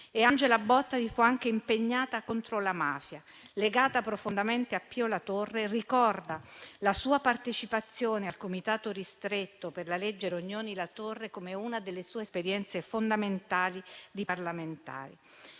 Angela Bottari fu anche impegnata contro la mafia. Legata profondamente a Pio La Torre, ricorda la sua partecipazione al comitato ristretto per la legge Rognoni-La Torre come una delle sue esperienze fondamentali di parlamentare.